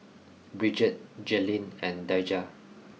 Bridgette Jaylynn and Daija